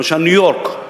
למשל בניו-יורק,